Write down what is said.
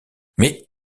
mais